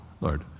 Lord